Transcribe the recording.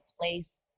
place